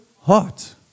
heart